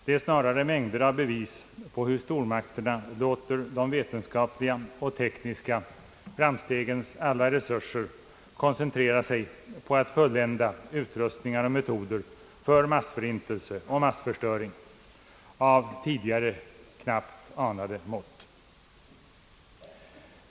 Det är snarare mängder av bevis på hur stormakterna låter de vetenskapliga och tekniska framstegens alla resurser koncentrera sig på att fullända utrustningar och metoder för massförintelse och massförstöring av tidigare knappt ens anade mått.